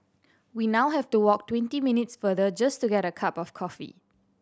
we now have to walk twenty minutes further just to get a cup of coffee